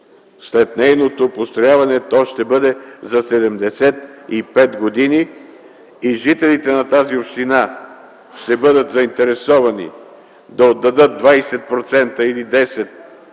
след нейното построяване то ще бъде за 75 години и жителите на тази община ще бъдат заинтересувани да отдадат 20 или 10%